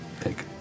take